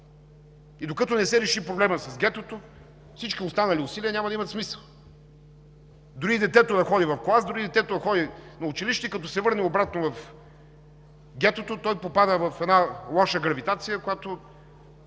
и докато не се реши проблемът с гетото, всички останали усилия няма да имат смисъл. Дори и детето да ходи в клас, дори детето да ходи на училище, като се върне обратно в гетото, то попада в една лоша гравитация, която